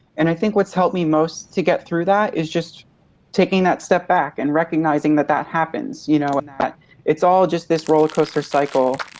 and i think what's helped me most to get through that is just taking that step back and recognizing that that happens. you know and it's all just this roller coaster cycle,